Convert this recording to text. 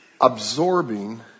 absorbing